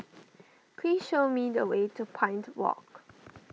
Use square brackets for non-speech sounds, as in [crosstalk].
please show me the way to Pine [unintelligible] Walk